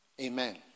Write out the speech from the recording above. Amen